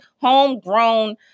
homegrown